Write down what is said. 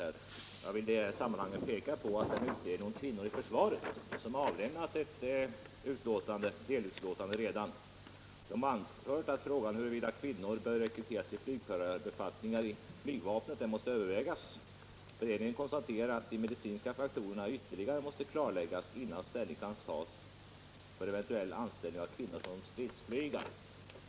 Jag vill peka på att den utredning om kvinnor i försvaret som redan har avlämnat ett delbetänkande har anfört att frågan huruvida kvinnor bör rekryteras till flygförarbefattningar i flygvapnet måste övervägas. Beredningen konstaterar att de medicinska faktorerna måste ytterligare klarläggas innan ställning kan tas till eventuell anställning av kvinnor som stridsflygare.